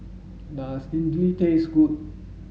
does Idili taste good